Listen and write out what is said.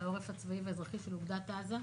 על העורף הצבאי והאזרחי של אוגדת עזה,